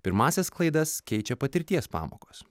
pirmąsias klaidas keičia patirties pamokos